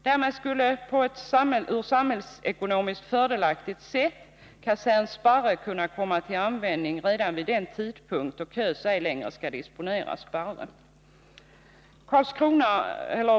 Därmed skulle på ett ur samhällsekonomisk synpunkt fördelaktigt sett kasern Sparre komma till användning redan vid den tidpunkt KÖS ej längre skall disponera Sparre.